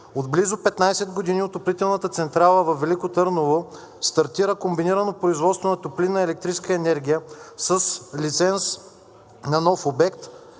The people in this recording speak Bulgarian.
От близо 15 години отоплителната централа във Велико Търново стартира комбинирано производство на топлинна и електрическа енергия с лиценз на нов обект